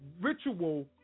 ritual